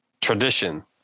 tradition